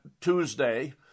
Tuesday